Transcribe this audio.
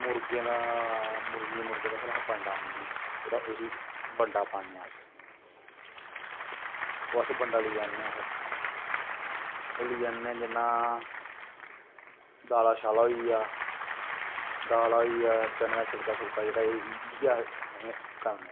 मुर्गें दा मुर्गें मुर्गियां बा बंडा आह्ननें आं फिर अस बंडा पान्ने अस फिर अस बंडा लेई आह्ननें आं अस ओह् लेई आह्ननें आं जियां दाला शाला होईया दाला शाला होईयां तनें दा शिलका होईया इयै